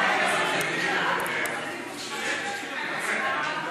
להעביר את הצעת חוק